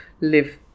live